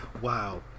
wow